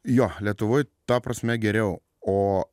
jo lietuvoj ta prasme geriau o